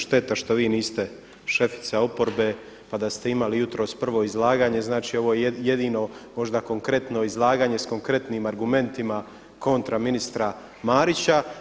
Šteta što vi niste šefica oporbe pa da ste imali jutros prvo izlaganje, znači ovo je jedino možda konkretno izlaganje s konkretnim argumentima kontra ministra Marića.